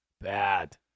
Bad